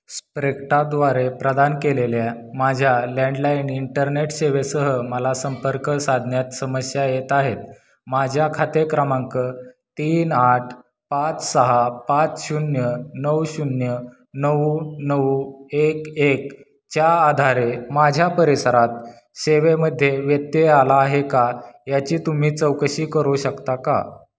स्प्रेक्टाद्वारे प्रदान केलेल्या माझ्या लँडलाईन इंटरनेट सेवेसह मला संपर्क साधण्यात समस्या येत आहे माझ्या खाते क्रमांक तीन आठ पाच सहा पाच शून्य नऊ शून्य नऊ नऊ एक एक च्या आधारे माझ्या परिसरात सेवेमध्ये व्यत्यय आला आहे का याची तुम्ही चौकशी करू शकता का